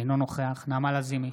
אינו נוכח נעמה לזימי,